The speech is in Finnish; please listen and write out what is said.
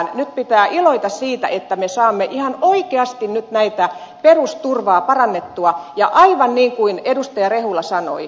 nyt pitää iloita siitä että me saamme ihan oikeasti nyt tätä perusturvaa parannettua ja aivan niin kuin edustaja rehula sanoi